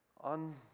on